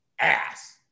ass